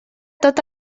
tot